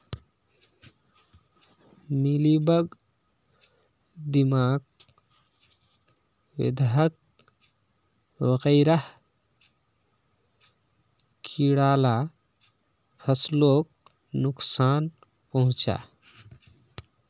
mealybug, दीमक, बेधक वगैरह कीड़ा ला फस्लोक नुक्सान पहुंचाः